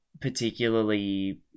particularly